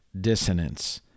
Dissonance